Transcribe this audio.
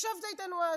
ישבת איתנו אז.